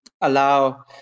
allow